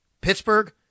Pittsburgh